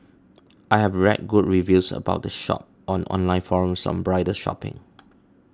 I have read good reviews about the shop on online forums on bridal shopping